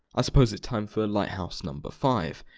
i suppose it's time for a lighthouse number five.